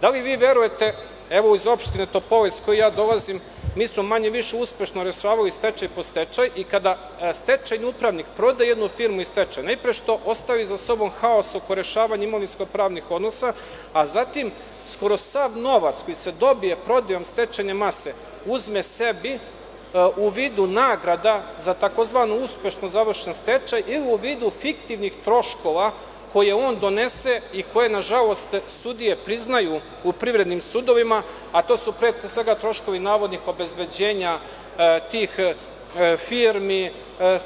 Da li verujete, Opština Topola iz koje dolazim, manje-više smo uspešno rešavali stečaj po stečaj, i kada stečajni upravnik proda jednu firmu iz stečaja, najpre što ostavi za sobom haos oko rešavanja imovinsko-pravnih odnosa, a zatim skoro sav novac koji se dobije prodajom stečajne mase uzme sebi u vidu nagrada za tzv. uspešno završen stečaj ili u vidu fiktivnih troškova koje on donese i koje sudije priznaju u privrednim sudovima, a to su troškovi navodnih obezbeđenja tih firmi,